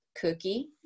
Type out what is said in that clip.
cookie